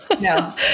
No